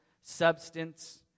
substance